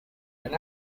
when